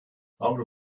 avro